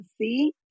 see